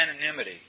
anonymity